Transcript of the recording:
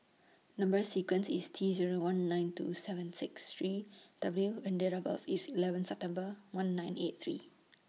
Number sequence IS T Zero one nine two seven six three W and Date of birth IS eleven September one nine eight three